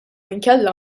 inkella